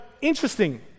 interesting